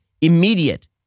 immediate